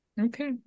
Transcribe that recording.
okay